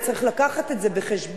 וצריך להביא את זה בחשבון.